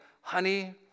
Honey